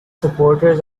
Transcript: supporters